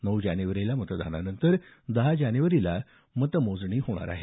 नऊ जानेवारीला मतदानानंतर दहा जानेवारीला मतमोजणी होणार आहे